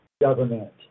government